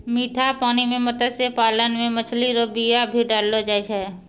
मीठा पानी मे मत्स्य पालन मे मछली रो बीया भी डाललो जाय छै